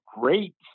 great